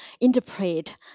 interpret